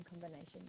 combination